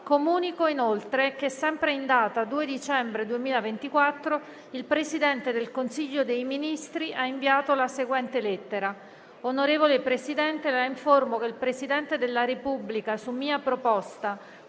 Comunico, inoltre, che sempre in data 2 dicembre 2024 il Presidente del Consiglio dei ministri ha inviato la seguente lettera: «Onorevole Presidente, La informo che il Presidente della Repubblica, su mia proposta,